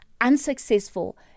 unsuccessful